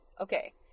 Okay